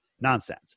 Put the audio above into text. Nonsense